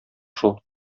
шул